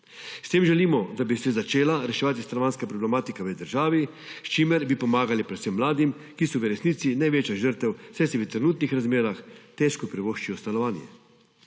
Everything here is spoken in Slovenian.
S tem želimo, da bi se začela reševati stanovanjska problematika v državi, s čimer bi pomagali predvsem mladim, ki so v resnici največja žrtev, saj si v trenutnih razmerah težko privoščijo stanovanje.